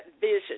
vision